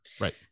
Right